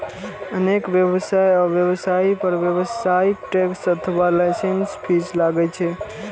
अनेक व्यवसाय आ व्यवसायी पर व्यावसायिक टैक्स अथवा लाइसेंस फीस लागै छै